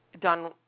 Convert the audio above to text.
done